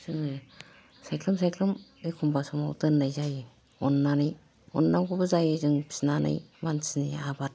जोङो सायख्लुम सायख्लुम एखमबा समाव दोननाय जायो अननानै अननांगौबो जायो जों फिनानै मानसिनि आबाद